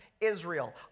Israel